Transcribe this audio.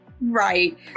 Right